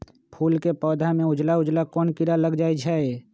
फूल के पौधा में उजला उजला कोन किरा लग जई छइ?